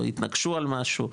התנגשו על משהו,